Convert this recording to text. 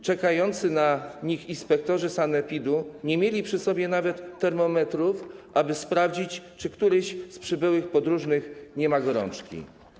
Czekający na nich inspektorzy sanepidu nie mieli przy sobie nawet termometrów, aby sprawdzić, czy któryś z przybyłych podróżnych nie ma gorączki.